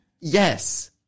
Yes